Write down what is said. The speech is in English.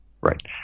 Right